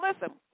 listen